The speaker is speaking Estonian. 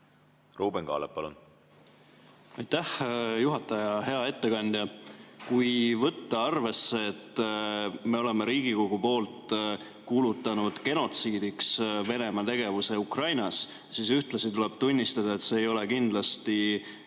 Ruuben Kaalep, palun! Aitäh, juhataja! Hea ettekandja! Kui võtta arvesse, et me oleme Riigikogu poolt kuulutanud genotsiidiks Venemaa tegevuse Ukrainas, siis ühtlasi tuleb tunnistada, et see ei ole kindlasti